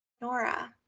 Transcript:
Nora